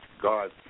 God